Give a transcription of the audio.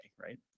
right